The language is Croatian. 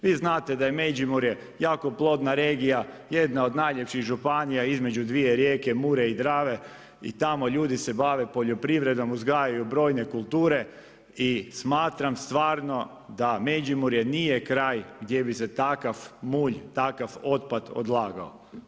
Vi znate da je Međimurje, jako plodna regija, jedna od najljepših županija, između dvije rijeke Mure i Drave i tamo, ljudi se bave poljoprivredom, uzgajaju brojne kulture i smatram stvarno da Međimurje nije kraj, gdje bi se takav mulj, takav otpad odlagao.